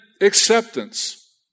acceptance